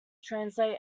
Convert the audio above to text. translate